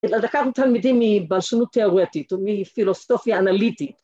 ‫אז עכשיו מתלמדים מבלשנות תיאורטית ‫ומפילוסופיה אנליטית.